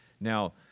Now